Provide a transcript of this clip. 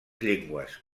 llengües